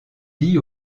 vit